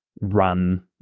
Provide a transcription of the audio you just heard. run